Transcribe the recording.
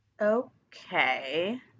Okay